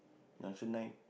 junction nine